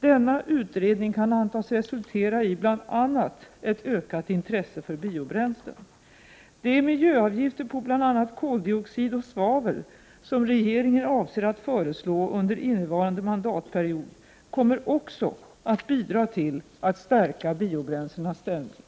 Denna utredning kan antas resultera i bl.a. ett ökat intresse för biobränslen. De miljöavgifter på bl.a. koldioxid och svavel som regeringen avser att föreslå under innevarande mandatperiod kommer också att bidra till att stärka biobränslenas ställning.